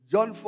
John